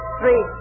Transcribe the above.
three